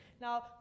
Now